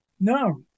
No